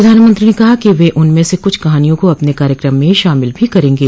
प्रधानमंत्री ने कहा कि वे उनमें से कुछ कहानियों को अपने कार्यक्रम में शामिल भी करेंगे